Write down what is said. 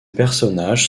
personnages